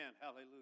Hallelujah